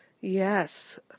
Yes